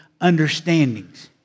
understandings